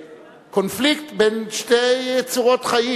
קונפליקט בין שתי צורות חיים.